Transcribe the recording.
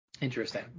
Interesting